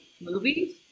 movies